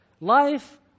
life